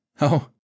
Oh